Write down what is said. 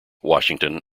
washington